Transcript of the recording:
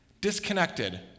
disconnected